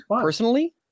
personally